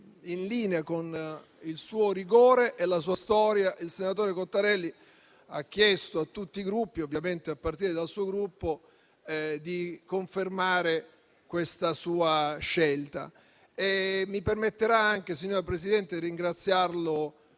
in linea con il suo rigore e la sua storia, il senatore Cottarelli ha chiesto a tutti i Gruppi, ovviamente a partire da quello a cui appartiene, di confermare questa sua scelta. Mi permetterà anche, signora Presidente, di ringraziarlo